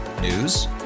News